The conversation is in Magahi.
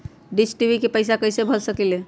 डिस टी.वी के पैईसा कईसे भर सकली?